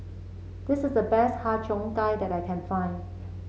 this is the best Har Cheong Gai that I can find